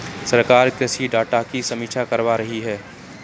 सरकार कृषि डाटा की समीक्षा करवा रही है